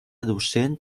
docent